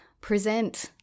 present